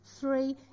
three